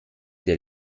der